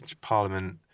parliament